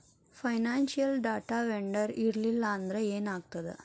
Financial data vendor ಇರ್ಲ್ಲಿಲ್ಲಾಂದ್ರ ಏನಾಗ್ತದ?